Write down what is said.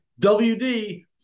WD